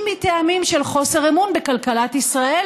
אם מטעמים של חוסר אמון בכלכלת ישראל,